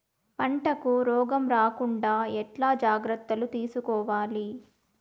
పంటకు రోగం రాకుండా ఎట్లా జాగ్రత్తలు తీసుకోవాలి?